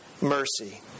mercy